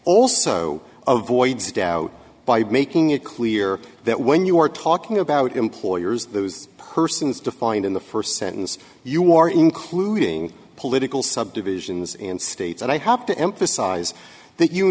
also avoids a doubt by making it clear that when you are talking about employers those persons defined in the first sentence you are including political subdivisions and states and i have to emphasize that you